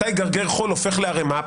מתי גרגר חול הופך לערמה,